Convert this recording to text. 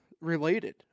related